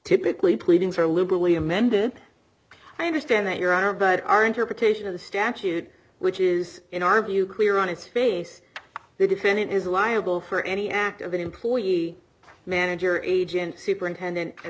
typically pleadings are liberally amended i understand that your honor but our interpretation of the statute which is in our view clear on its face the defendant is liable for any act of an employee manager agent superintendent et